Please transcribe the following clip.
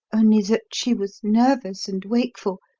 only that she was nervous and wakeful,